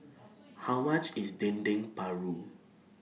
How much IS Dendeng Paru